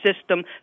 system